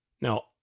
Now